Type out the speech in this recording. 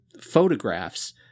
photographs